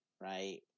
right